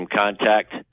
contact